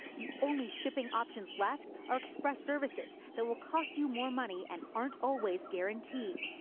the only shipping options left are express services that will cost you more money and aren't always guaranteed.